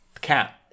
cat